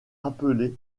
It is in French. appeler